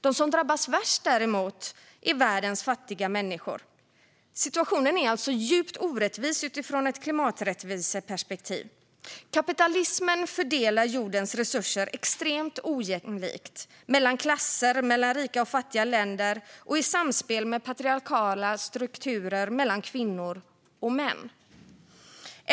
De som däremot drabbas värst är världens fattiga människor. Situationen är alltså djupt orättvis utifrån ett klimaträttviseperspektiv. Kapitalismen fördelar jordens resurser extremt ojämlikt mellan klasser, mellan rika och fattiga länder och - i samspel med patriarkala strukturer - mellan kvinnor och män.